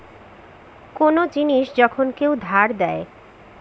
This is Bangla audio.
কোন জিনিস যখন কেউ ধার দেয়